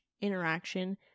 interaction